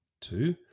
Two